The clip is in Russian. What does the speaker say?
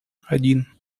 один